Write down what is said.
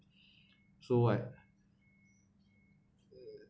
so like uh